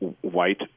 white